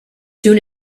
soon